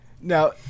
Now